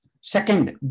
Second